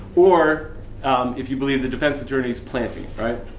or if you believe the defense attorney's, planting, right?